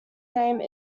name